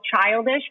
childish